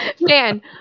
man